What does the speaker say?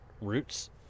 roots